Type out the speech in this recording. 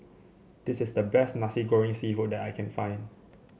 this is the best Nasi Goreng seafood that I can find